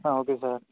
ah okay sir